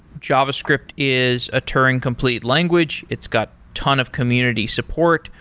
javascript is a turing complete language. it's got ton of community support.